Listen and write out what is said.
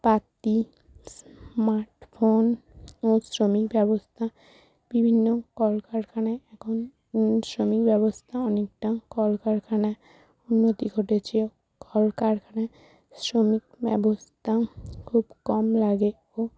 পাতি smart phone ও শ্রমিক ব্যবস্থা বিভিন্ন কলকারখানায় এখন শ্রমিক ব্যবস্থা অনেকটা কলকারখানায় উন্নতি ঘটেছে কলকারখানায় শ্রমিক ব্যবস্থা খুব কম লাগে ও